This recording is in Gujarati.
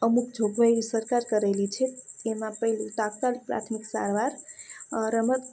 અમુક જોગવાઈઓ સરકાર કરેલી છે એમાં પેલું તાત્કાલિક પ્રાથમિક સારવાર રમત